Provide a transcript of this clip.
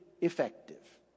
effective